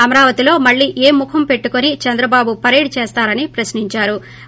అమరావతిలో మళ్లీ ఏ ముఖం పెట్టుకొని చంద్రబాబు పరేడ్ చేస్తారని ప్రశ్నించారు